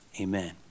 amen